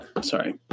sorry